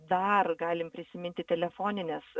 dar galim prisiminti telefonines